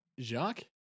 Jacques